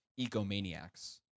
egomaniacs